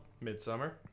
midsummer